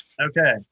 okay